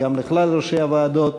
וגם לכלל ראשי הוועדות,